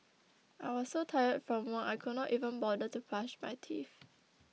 I was so tired from work I could not even bother to brush my teeth